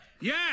Yes